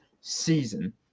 season